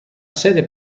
sede